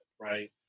Right